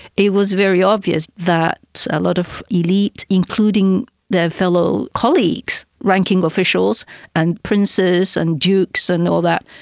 it was very obvious that a lot of elite, including their fellow colleagues, ranking officials and princes and dukes and all that,